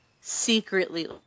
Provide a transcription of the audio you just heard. secretly